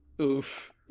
Oof